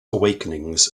awakenings